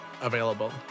available